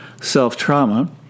Self-trauma